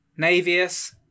navius